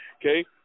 okay